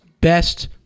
best